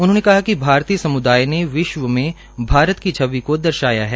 उन्होंने कहा कि भारतीय समूदाय ने विश्व में भारत की छवि को दर्शाया है